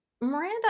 Miranda